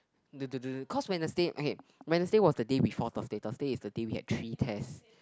the the the cause Wednesday okay Wednesday was the day before Thursday Thursday is the day we had three tests